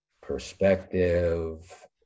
perspective